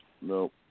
no